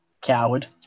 Coward